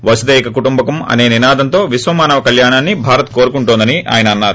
వసుదైక కుటుంబకం అసే నినాదంతో విశ్వమానవ కల్యాణాన్ని భారత్ కోరుకుంటోందని ఆయన అన్నారు